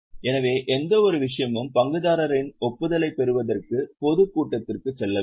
எனவே எந்தவொரு விஷயமும் பங்குதாரரின் ஒப்புதலைப் பெறுவதற்கு பொதுக் கூட்டத்திற்குச் செல்ல வேண்டும்